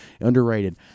Underrated